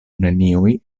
neniuj